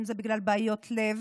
אם זה בגלל בעיות לב.